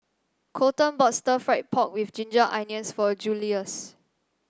Colton bought Stir Fried Pork with Ginger Onions for Julious